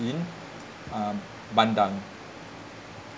in um bandang